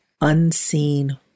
unseen